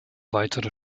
weitere